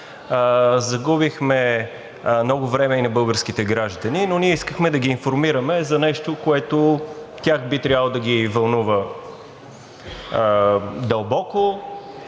загубихме много време и на българските граждани, но искахме да ги информираме за нещо, което тях би трябвало да ги вълнува дълбоко.